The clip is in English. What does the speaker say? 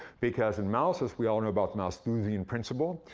because in malthus, we all know about the malthusian principle.